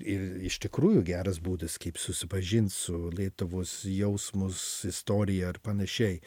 ir iš tikrųjų geras būdas kaip susipažint su lietuvos jausmus istorija ir panašiai